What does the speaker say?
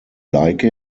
like